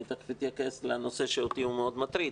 אני תיכף אתייחס לנושא שהוא אותי מאוד מטריד,